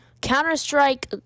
Counter-Strike